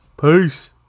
Peace